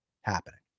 happening